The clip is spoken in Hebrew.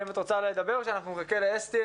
האם את רוצה לדבר או שנחכה לאסתי?